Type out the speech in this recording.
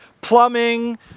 plumbing